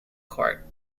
court